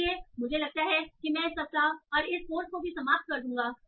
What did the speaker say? इसलिए मुझे लगता है कि मैं इस सप्ताह और इस कोर्स को भी समाप्त कर दूंगा